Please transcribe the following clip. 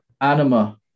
anima